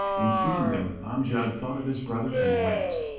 and seeing them amjad thought of his brother and wept.